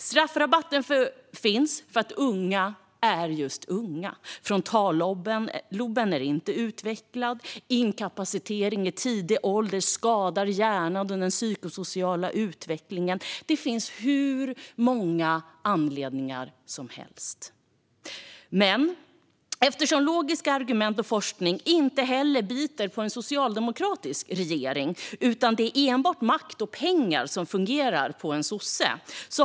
Straffrabatten finns för att unga är just unga. Frontalloben är inte utvecklad, och inkapacitering i tidig ålder skadar hjärnan och den psykosociala utvecklingen. Det finns hur många anledningar som helst. Logiska argument och forskning biter inte heller på en socialdemokratisk regering, utan det är bara makt och pengar som fungerar på en sosse.